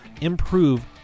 improve